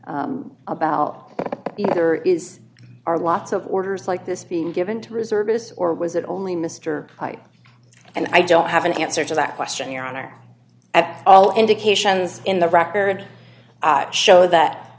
about whether is are lots of orders like this being given to reservists or was it only mr white and i don't have an answer to that question your honor at all indications in the record show that